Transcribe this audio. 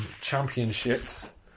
Championships